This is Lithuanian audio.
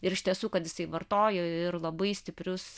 ir iš tiesų kad jisai vartojo ir labai stiprius